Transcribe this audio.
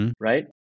Right